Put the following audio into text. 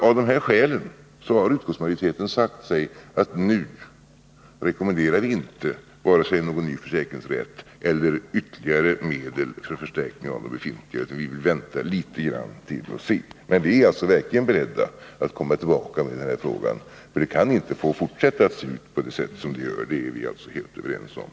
Av dessa skäl har utskottsmajoriteten sagt sig: Nu rekommenderar vi inte vare sig någon ny försäkringsrätt eller ytterligare medel för förstärkning av de befintliga, utan vi vill vänta litet grand och se. Men vi är verkligen beredda att komma tillbaka till den här frågan, eftersom det inte kan få fortsätta att se ut på det sätt som det nu gör. Det är vi alltså helt överens om.